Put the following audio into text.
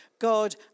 God